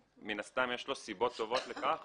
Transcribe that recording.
מן הסתם יש לו סיבות טובות לכך.